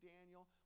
Daniel